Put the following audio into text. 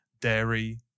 dairy